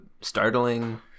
startling